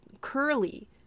curly